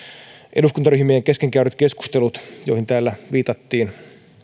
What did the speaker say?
eduskuntaryhmien kesken käydyt keskustelut joihin täällä viitattiin